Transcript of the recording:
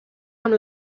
amb